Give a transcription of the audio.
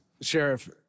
Sheriff